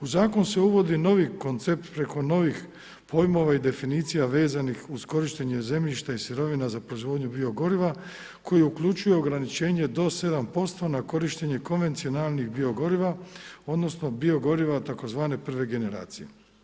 U zakon se uvodi novi koncept preko novih pojmova i definicija vezanih uz korištenje zemljišta i sirovina za proizvodnju bio goriva koji uključuje ograničenja do 7% na korištenje konvencionalnih bio goriva, odnosno bio goriva od tzv. prve generacije.